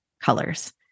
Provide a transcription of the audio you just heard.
colors